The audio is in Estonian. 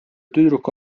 tüdruk